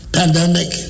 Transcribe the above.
pandemic